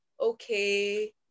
okay